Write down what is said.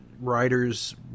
writers